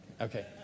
Okay